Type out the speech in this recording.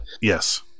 yes